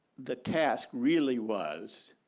the task really was